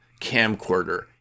camcorder